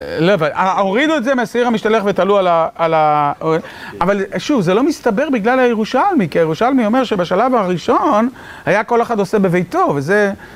הורידו את זה מהשעיר המשתלח ותלו על ה...על ה... אבל שוב, זה לא מסתבר בגלל הירושלמי, כי הירושלמי אומר שבשלב הראשון היה כל אחד עושה בביתו, וזה...